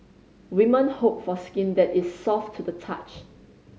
women hope for skin that is soft to the touch